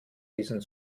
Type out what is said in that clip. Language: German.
diesen